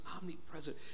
omnipresent